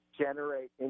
generate